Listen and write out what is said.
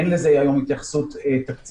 אין לזה היום התייחסות תקציבית.